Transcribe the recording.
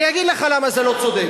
אני אגיד לך למה זה לא צודק.